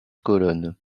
colonnes